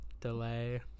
Delay